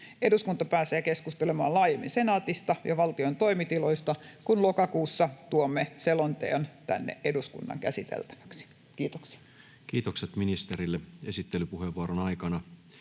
Eduskunta pääsee keskustelemaan laajemmin Senaatista ja valtion toimitiloista, kun lokakuussa tuomme selonteon tänne eduskunnan käsiteltäväksi. — Kiitoksia. Kiitokset ministerille. — Esittelypuheenvuoron aikana